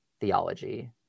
theology